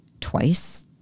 twice